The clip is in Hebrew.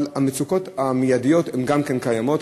אבל המצוקות המיידיות גם כן קיימות.